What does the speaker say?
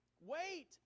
Wait